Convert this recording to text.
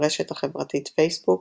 ברשת החברתית פייסבוק